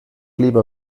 lieber